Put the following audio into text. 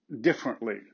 differently